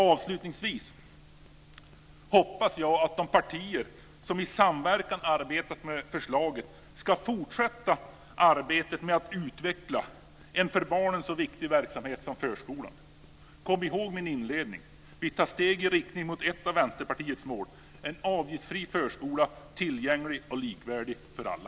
Avslutningsvis hoppas jag att de partier som i samverkan arbetat fram förslaget ska fortsätta arbetet med att utveckla en för barnen så viktig verksamhet som förskolan. Kom ihåg min inledning: Vi tar steg i riktning mot ett av Vänsterpartiets mål - en avgiftsfri förskola, tillgänglig och likvärdig för alla.